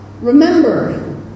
remember